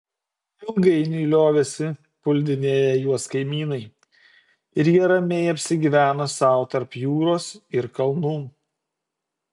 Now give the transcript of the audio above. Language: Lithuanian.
ilgainiui liovėsi puldinėję juos kaimynai ir jie ramiai apsigyveno sau tarp jūros ir kalnų